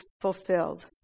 Fulfilled